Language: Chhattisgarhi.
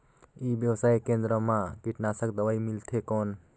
ई व्यवसाय केंद्र मा कीटनाशक दवाई मिलथे कौन?